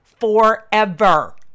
forever